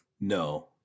No